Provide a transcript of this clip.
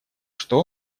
что